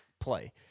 play